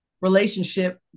relationship